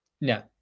No